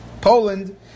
Poland